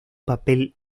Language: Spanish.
papel